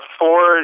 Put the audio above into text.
four